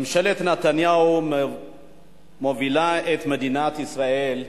ממשלת נתניהו מובילה את מדינת ישראל לשיממון,